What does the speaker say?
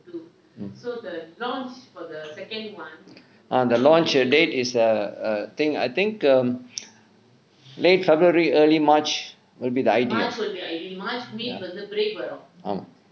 err the launch err date is err I think I think um late february early march will be the ideal ya ஆமாம்:aamaam